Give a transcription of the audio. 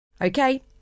Okay